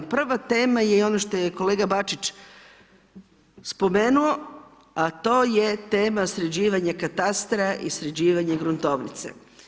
Prva tema je i ono što je kolega Bačić spomenuo, a to je tema sređivanje katastra i sređivanje gruntovnice.